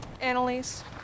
Annalise